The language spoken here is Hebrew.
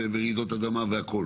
רעידות אדמה וכו',